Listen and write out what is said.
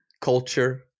culture